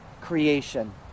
creation